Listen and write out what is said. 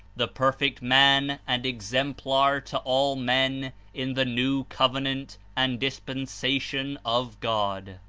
the perfect man and exemplar to all men in the new covenant and dispensation of god.